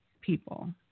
people